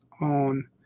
on